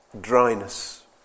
dryness